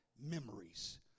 memories